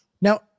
Now